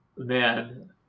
Man